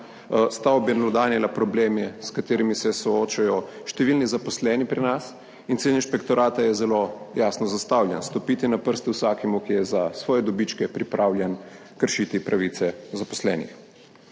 sta obelodanila probleme, s katerimi se soočajo številni zaposleni pri nas. In cilj inšpektorata je zelo jasno zastavljen – stopiti na prste vsakemu, ki je za svoje dobičke pripravljen kršiti pravice zaposlenih.